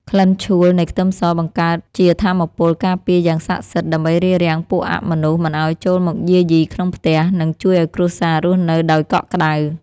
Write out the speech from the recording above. ក្លិនឆួលនៃខ្ទឹមសបង្កើតជាថាមពលការពារយ៉ាងស័ក្តិសិទ្ធិដើម្បីរារាំងពួកអមនុស្សមិនឱ្យចូលមកយាយីក្នុងផ្ទះ និង ជួយឱ្យគ្រួសាររស់នៅដោយកក់ក្តៅ។